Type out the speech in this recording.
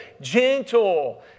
gentle